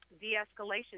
de-escalation